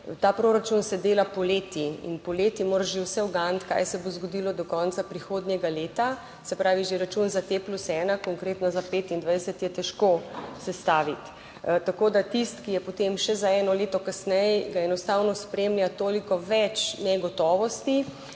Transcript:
Ta proračun se dela poleti in poleti mora že vse uganiti kaj se bo zgodilo do konca prihodnjega leta. Se pravi, že račun za T+1 konkretno za 25 je težko sestaviti,. Tako da tisti, ki je potem še za eno leto kasneje, ga enostavno spremlja toliko več negotovosti,